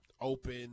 open